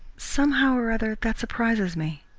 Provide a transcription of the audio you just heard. somehow or other, that surprises me.